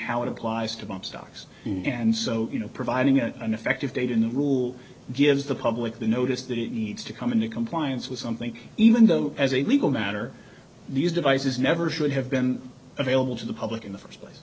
how it applies to bump stocks and so you know providing an effective date in the rule gives the public the notice that it needs to come into compliance with something even though as a legal matter these devices never should have been available to the public in the first place